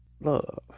love